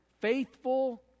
Faithful